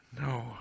No